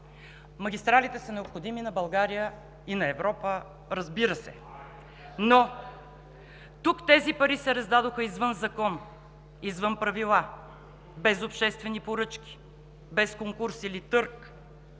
Магистралите са необходими на България и на Европа, разбира се, но тук тези пари се раздадоха извън закона, извън правила, без обществени поръчки, без конкурс или търг,